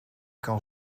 kan